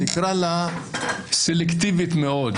נקרא לה "סלקטיבית" מאוד.